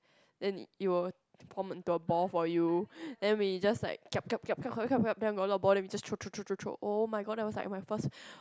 then it will form into a ball for you then we just like kiap kiap kiap kiap kiap kiap kiap then got a lot of ball then we just throw throw throw throw throw oh my god that was like my first